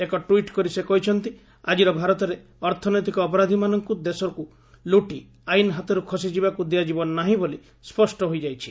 ଏକ ଟ୍ୱିଟ୍ କରି ସେ କହିଛନ୍ତି ଆଜିର ଭାରତରେ ଅର୍ଥନୈତିକ ଅପରାଧୀମାନଙ୍କୁ ଦେଶକୁ ଲୁଟି ଆଇନ ହାତରୁ ଖସି ଯିବାକୃ ଦିଆଯିବ ନାହିଁ ବୋଲି ସ୍ୱଷ୍ଟ ହୋଇଯାଇଛି